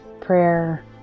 prayer